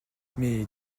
mais